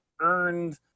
earned